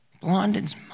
Blondin's